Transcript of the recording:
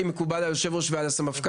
אם מקובל על יושב הראש ועל הסמפכ״ל,